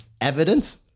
evidence